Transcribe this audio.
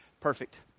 perfect